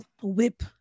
whip